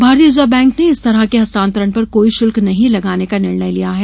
भारतीय Reserve Bank ने इस तरह के हस्तांतरण पर कोई भी शुल्क नहीं लगाने का निर्णय लिया है